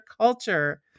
Culture